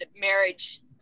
marriage